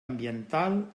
ambiental